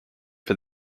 for